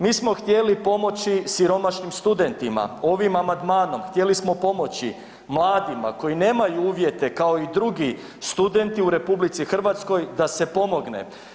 Mi smo htjeli pomoći siromašnim studentima ovim amandmanom, htjeli smo pomoći mladima koji nemaju uvjete kao i drugi studenti u RH da se pomogne.